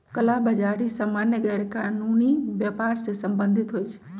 कला बजारि सामान्य गैरकानूनी व्यापर से सम्बंधित होइ छइ